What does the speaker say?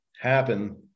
happen